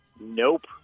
Nope